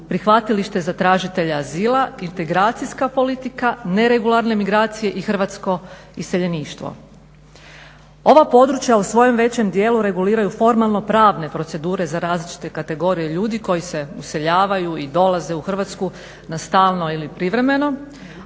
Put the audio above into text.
prihvatilište za tražitelje azila, integracijska politika, neregularne migracije i hrvatsko iseljeništvo. Ova područja u svojem većem dijelu reguliraju formalno-pravne procedure za različite kategorije ljudi koji se useljavaju i dolaze u Hrvatsku na stalno ili privremeno,